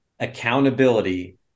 accountability